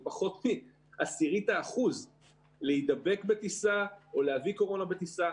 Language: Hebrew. הוא פחות --- עשירית האחוז להידבק בטיסה או להביא קורונה בטיסה.